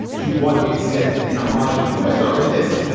to what extent and how much i'm going to start with this.